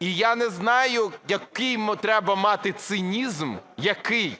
І я не знаю, який треба мати цинізм, який,